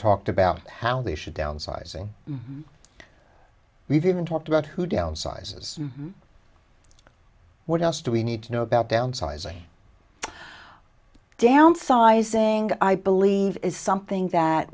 talked about how they should downsizing we've even talked about who dealt sizes what else do we need to know about downsizing downsizing i believe is something that